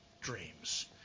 dreams